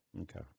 Okay